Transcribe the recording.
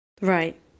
Right